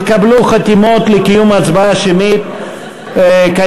התקבלו חתימות לקיום הצבעה שמית כנדרש.